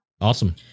Awesome